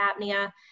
apnea